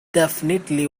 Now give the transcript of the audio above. definitely